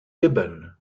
gibbon